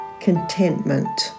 contentment